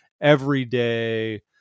everyday